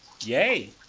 Yay